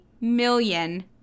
million